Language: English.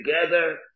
together